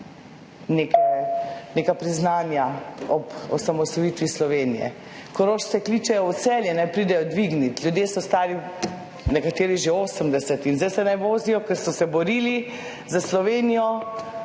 neka priznanja ob osamosvojitvi Slovenije. Korošce kličejo v Celje, naj pridejo dvignit. Ljudje so stari, nekateri že 80, in zdaj naj se vozijo. Ker so se borili za Slovenijo,